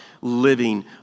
living